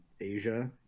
asia